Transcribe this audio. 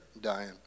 dying